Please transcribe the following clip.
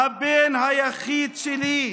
הבן היחיד שלי.